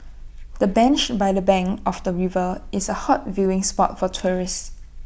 the bench by the bank of the river is A hot viewing spot for tourists